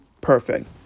perfect